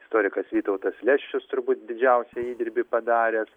istorikas vytautas lesčius turbūt didžiausią įdirbį padaręs